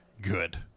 good